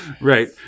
Right